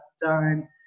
done